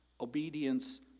Obedience